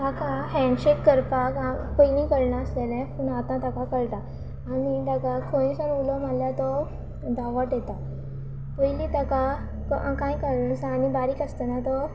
ताका हेंडशेक करपाक पयलीं कळनासलेले पूण आतां ताका कळटा आनी ताका खंय सान उलो मारल्यार तो धावत येता पयली ताका कांय कळनासा आनी बारीक आसतना तो